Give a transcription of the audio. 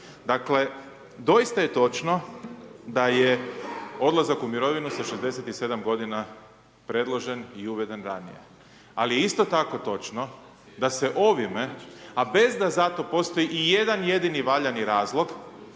Dakle doista je točno da je odlazak u mirovinu sa 67 godina predložen i uveden ranije. Ali je isto tako točno da se ovime a bez da za to postoji i jedan jedini valjani razlog